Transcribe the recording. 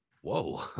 Whoa